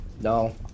No